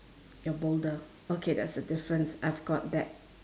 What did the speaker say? your boulder okay there is a difference I've got that